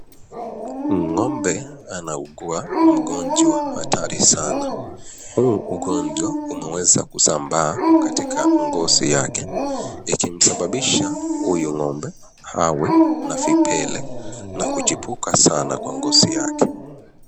Ng'ombe anaugua ugonjwa hatari sana huu ugonjwa unaweza kusambaa katika ngozi yake ikimsababisha huyu ng'ombe awe na vibele na kuchibuka sana kwa ngozi yake